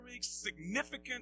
significant